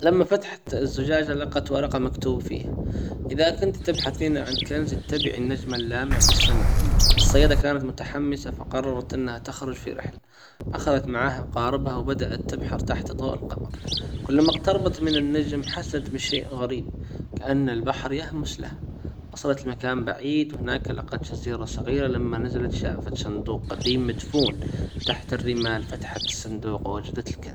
لما فتحت الزجاجة لقت ورقة مكتوب فيها اذا كنت تبحثين عن كنز اتبعي النجمة اللامع في السماء الصيادة كانت متحمسة فقررت انها تخرج في رحلة اخذت معها قاربها وبدأت تبحر تحت ضوء القمر كلما اقتربت من النجم حست بشيء غريب كأن البحر يهمس لها وصلت لمكان بعيد هناك لقت جزيرة صغيرة لما نزلت شافت صندوق قديم مدفون تحت الرمال فتحت الصندوق ووجدت الكنز.